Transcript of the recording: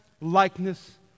likeness